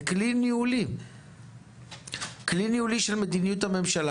אלא ככלי ניהולי של מדיניות הממשלה.